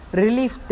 relief